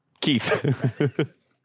Keith